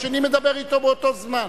השני מדבר אתו באותו זמן.